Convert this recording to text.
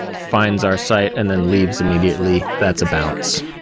finds our site and then leaves immediately. that's a bounce